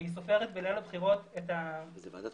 והיא סופרת בליל הבחירות את הפתקים